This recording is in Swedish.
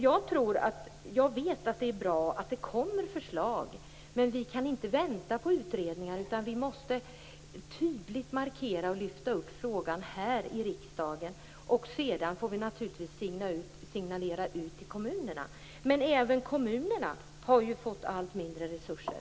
Jag vet - och det är bra - att det kommer förslag. Men vi kan inte vänta på utredningar, utan vi måste tydligt markera och lyfta upp frågan här i riksdagen. Sedan får vi naturligtvis signalera ut till kommunerna. Men även kommunerna har fått allt mindre resurser.